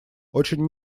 очень